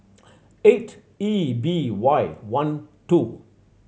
eight E B Y one two